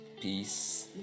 peace